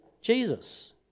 Jesus